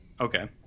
Okay